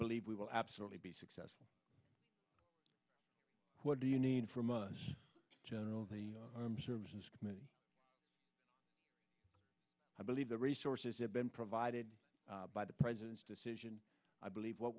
believe we will absolutely be successful what do you need from us general the armed services committee i believe the resources have been provided by the president's decision i believe what